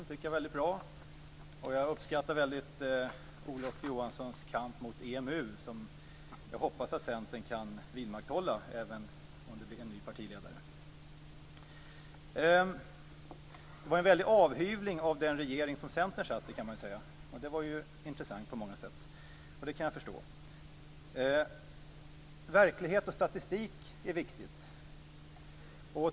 Det tycker jag var väldigt bra. Jag uppskattar väldigt Olof Johanssons kamp mot EMU, som jag hoppas att Centern kan vidmakthålla även om det blir en ny partiledare. Det var en väldig avhyvling av den regering som Centern satt i. Det var intressant på många sätt. Det kan jag förstå. Verklighet och statistik är viktigt.